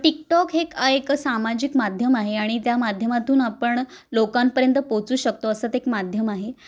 TikTok हे एक एक सामाजिक माध्यम आहे आणि त्या माध्यमातून आपण लोकांपर्यंत पोचू शकतो असं ते एक माध्यम आहे